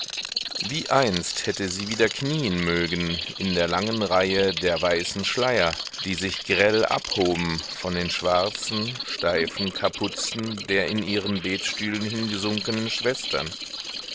wie einst hätte sie wieder knien mögen in der langen reihe der weißen schleier die sich grell abhoben von den schwarzen steifen kapuzen der in ihren betstühlen hingesunkenen schwestern